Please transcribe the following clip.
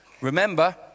Remember